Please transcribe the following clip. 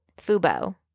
FUBO